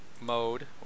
mode